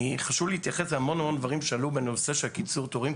חשוב לי להתייחס להמון-המון דברים שעלו בנושא של קיצור התורים,